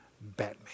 Batman